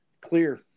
clear